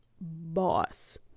boss